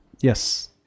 Yes